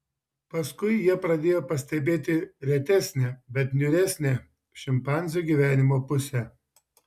paskui jie pradėjo pastebėti ir retesnę bet niūresnę šimpanzių gyvenimo pusę